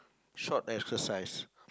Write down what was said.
short exercise